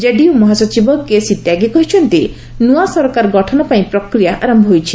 JDU ମହାସଚିବ କେସି ତ୍ୟାଗୀ କହିଛନ୍ତି ନୂଆ ସରକାର ଗଠନ ପାଇଁ ପ୍ରକ୍ରିୟା ଆରମ୍ଭ ହୋଇଛି